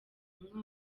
mwaka